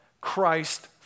Christ